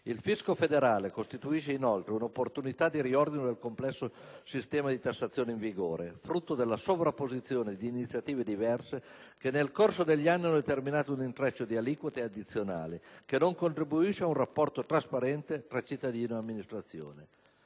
Il fisco federale costituisce inoltre un'opportunità di riordino del complesso sistema di tassazione in vigore, frutto della sovrapposizione di iniziative diverse, che nel corso degli anni hanno determinato un intreccio di aliquote e addizionali che non contribuisce a un rapporto trasparente tra cittadino e amministrazione.